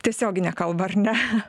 tiesioginę kalbą ar ne